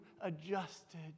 adjusted